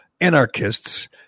anarchists